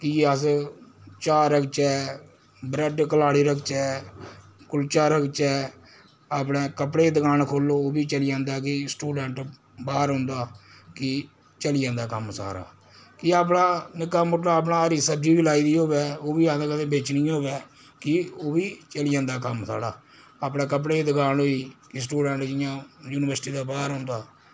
फ्ही अस चाह् रखचै ब्रैड कलाड़ी रखचै कुल्चा रखचै अपनै कपड़े दुकान खोह्लो ओह् बी चली जंदा कि स्टूडैंट बाह्र रौह्नदा कि चली जंदा कम्म सारा कि अपना निक्का मोटा अपना हरी सब्जी बी लाई दी होवै ओह् बी असें कदें बेचनी होवै कि ओह् बी चली जंदा कम्म साढ़ा अपने कपड़े दुकान होई कि स्टूडैंट जियां यूनिवर्सिटी दे बाह्र रौह्नदा